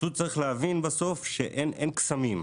פשוט צריך להבין בסוף שאין קסמים.